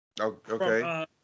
Okay